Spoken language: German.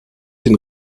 den